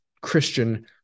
Christian